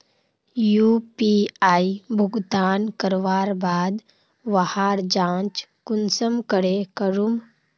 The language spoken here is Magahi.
यु.पी.आई भुगतान करवार बाद वहार जाँच कुंसम करे करूम?